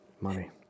money